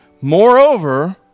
Moreover